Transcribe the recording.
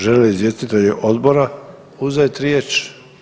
Žele li izvjestitelji odbora uzet riječ?